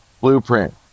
blueprint